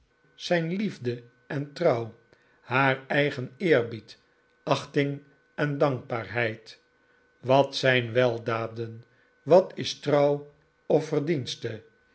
zijn liefde en trouw haar eigen eerbied achting en dankbaarheid wat zijn weldaden wat is trouw of verdienste